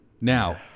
Now